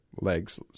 legs